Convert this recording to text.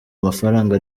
amafaranga